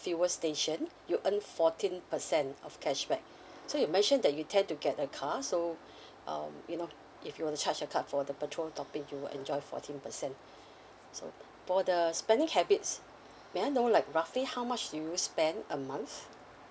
fuel station you earn fourteen percent of cashback so you mentioned that you tend to get a car so um you know if you were to charge a card for the patrol topping you will enjoy fourteen percent so for the spending habits may I know like roughly how much do you spend a month